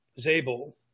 Zabel